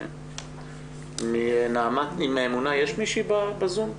ומאמונה יש מישהי בזום?